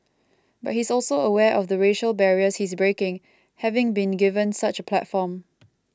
but he's also aware of the racial barriers he's breaking having been given such a platform